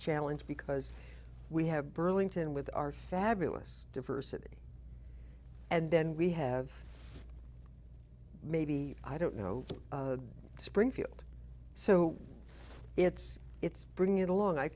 challenge because we have burlington with our fabulous diversity and then we have maybe i don't know springfield so it's it's bring it along i